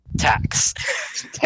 tax